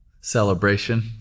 celebration